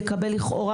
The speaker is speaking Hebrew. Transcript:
יקבל לכאורה,